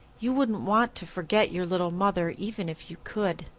you wouldn't want to forget your little mother even if you could.